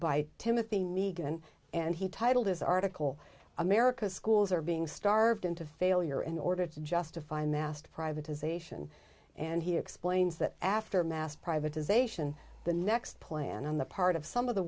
by timothy meagan and he titled his article america's schools are being starved into failure in order to justify a mast privatization and he explains that after mass privatisation the next plan on the part of some of the